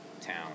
town